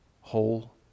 whole